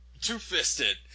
Two-Fisted